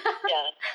ya